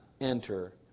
enter